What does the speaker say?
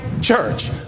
church